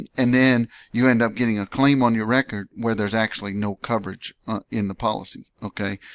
and and then you end up getting a claim on your record where there's actually no coverage in the policy, okay?